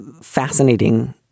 fascinating